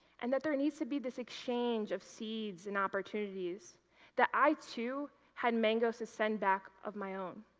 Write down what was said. and that there needs to be this exchange of seeds and opportunities that i, too, had mangos to send back of my own.